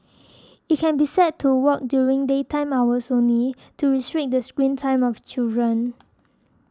it can be set to work during daytime hours only to restrict the screen time of children